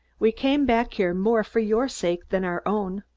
we came back here more for your sake than our own.